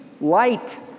Light